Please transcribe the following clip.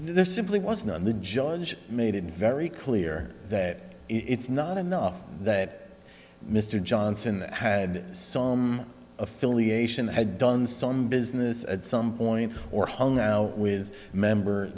there simply wasn't on the judge made it very clear that it's not enough that mr johnson had some affiliation had done some business at some point or hung out with member